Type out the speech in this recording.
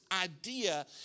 idea